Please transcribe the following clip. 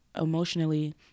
emotionally